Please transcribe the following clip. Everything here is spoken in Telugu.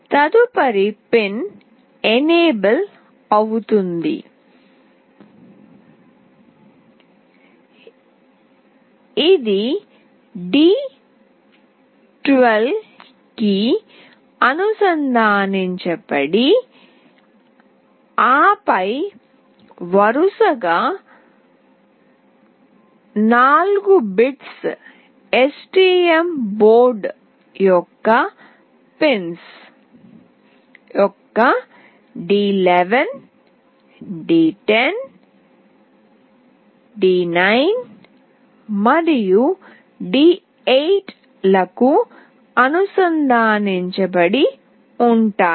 తదుపరి పిన్ ఎనేబుల్ అవుతుంది ఇది d12 కి అనుసంధానించబడి ఆపై వరుసగా 4 బిట్స్ STM బోర్డు యొక్క పిన్స్ యొక్క d11 d10 d9 మరియు d8 లకు అనుసంధానించబడి ఉంటాయి